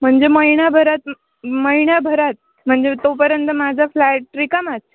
म्हणजे महिन्याभरात महिन्याभरात म्हणजे तोपर्यंत माझा फ्लॅट रिकामाच